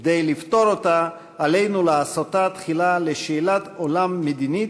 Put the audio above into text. וכדי לפתור אותה עלינו לעשותה תחילה לשאלת עולם מדינית,